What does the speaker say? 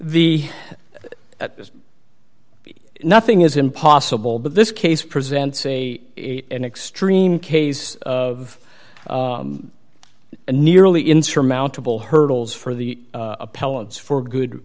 the nothing is impossible but this case presents a extreme case of nearly insurmountable hurdles for the appellants for good